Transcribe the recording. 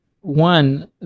one